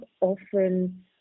often